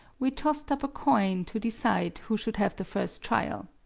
we tossed up a coin to decide who should have the first trial.